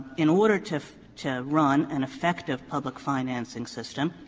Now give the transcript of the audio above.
in order to to run an effective public financing system,